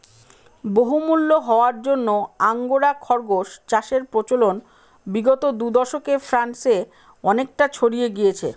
বহুমূল্য হওয়ার জন্য আঙ্গোরা খরগোস চাষের প্রচলন বিগত দু দশকে ফ্রান্সে অনেকটা ছড়িয়ে গিয়েছে